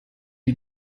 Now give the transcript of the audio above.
die